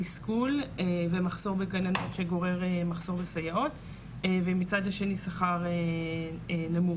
תסכול ומחסור בגננות שגורר מחסור בסייעות ומהצד השני שכר נמוך.